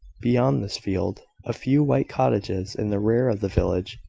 beyond this field, a few white cottages, in the rear of the village,